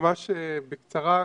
ממש בקצרה.